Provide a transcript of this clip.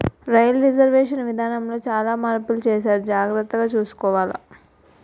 railway reservation విధానములో సాలా మార్పులు సేసారు జాగర్తగ సూసుకోవాల